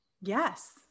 Yes